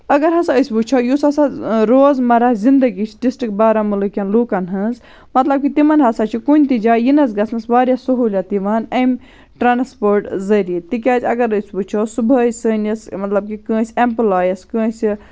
اَگر ہسا أسۍ وٕچھو یُس ہسا روزمَرہ زِندگی چھِ ڈِسٹرک بارہمولہٕ کٮ۪ن لوٗکَن ہٕنٛز مطلب کہِ تِمن ہسا چھُ کُنہِ تہِ جایہِ یِنَس گژھنَس واریاہ سہوٗلیت یِوان اَمہِ ٹرٛانَسپوٹ ذٔریعہٕ تِکیٛازِ اَگر أسۍ وُچھو صُبحٲے سٲنِس مطلب کہِ کٲنٛسہِ اٮ۪مپُلایَس کٲنٛسہِ